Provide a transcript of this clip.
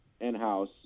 in-house